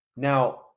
Now